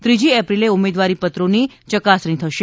ત્રીજી એપ્રિલે ઉમેદવારી પત્રોની ચકાસણી થશે